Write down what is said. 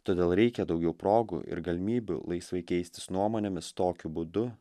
todėl reikia daugiau progų ir galimybių laisvai keistis nuomonėmis tokiu būdu